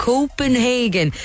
Copenhagen